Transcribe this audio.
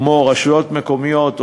כמו רשויות מקומיות,